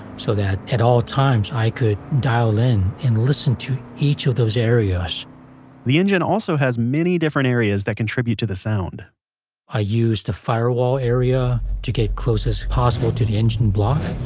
so that at all times i could dial in and listen to each of those areas the engine also has many different areas that contribute to the sound i use the firewall area to get close as possible to the engine block.